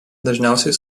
dažniausiai